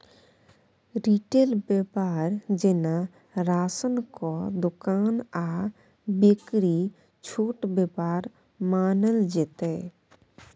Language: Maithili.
रिटेल बेपार जेना राशनक दोकान आ बेकरी छोट बेपार मानल जेतै